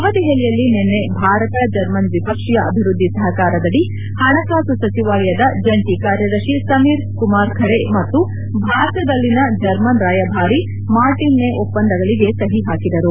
ನವದೆಹಲಿಯಲ್ಲಿ ನಿನ್ನೆ ಭಾರತ ಜರ್ಮನ್ ದ್ವಿಪಕ್ಷೀಯ ಅಭಿವೃದ್ದಿ ಸಹಕಾರದಡಿ ಹಣಕಾಸು ಸಚಿವಾಲಯದ ಜಂಟಿ ಕಾರ್ಯದರ್ಶಿ ಸಮೀರ್ ಕುಮಾರ್ ಖರೆ ಮತ್ತು ಭಾರತದಲ್ಲಿನ ಜರ್ಮನ್ ರಾಯಭಾರಿ ಮಾರ್ಟಿನ್ ನೇ ಒಪ್ಪಂದಗಳಿಗೆ ಸಹಿ ಹಾಕಿದರು